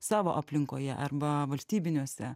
savo aplinkoje arba valstybiniuose